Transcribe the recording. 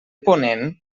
ponent